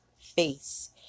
face